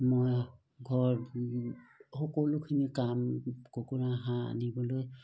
মই ঘৰ সকলোখিনি কাম কুকুৰা হাঁহ আনিবলৈ